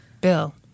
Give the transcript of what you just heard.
Bill